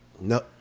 No